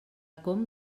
com